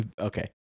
Okay